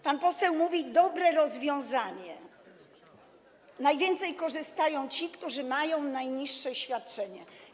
Pan poseł mówi: dobre rozwiązanie, najwięcej korzystają ci, którzy mają najniższe świadczenie.